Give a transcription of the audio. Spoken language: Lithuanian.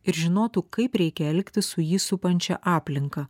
ir žinotų kaip reikia elgtis su jį supančia aplinka